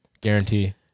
Guarantee